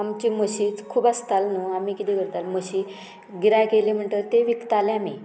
आमची म्हशीच खूब आसताल्यो न्हू आमी कितें करताले म्हशी गिरायक येयलें म्हणटरी तें विकताले आमी